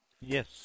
Yes